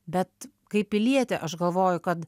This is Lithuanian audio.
bet kaip pilietė aš galvoju kad